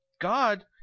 God